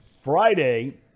Friday